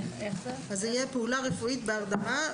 אז זה יהיה "פעולה רפואית בהרדמה"